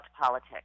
politics